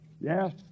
Yes